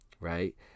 right